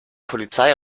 polizei